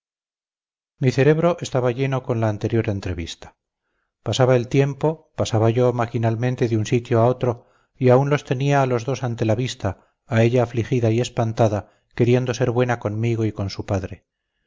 mi cerebro estaba lleno con la anterior entrevista pasaba el tiempo pasaba yo maquinalmente de un sitio a otro y aún los tenía a los dos ante la vista a ella afligida y espantada queriendo ser buena conmigo y con su padre